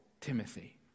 Timothy